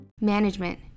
Management